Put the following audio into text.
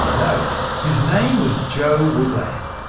you know his name was joe woodland,